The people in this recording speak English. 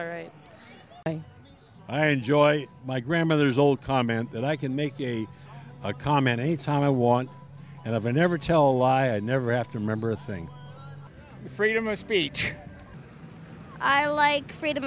all right i enjoy my grandmother's old comment that i can make a comment any time i want and have a never tell a lie i never have to remember a thing freedom of speech i like freedom